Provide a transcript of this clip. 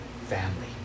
family